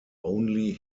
only